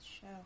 show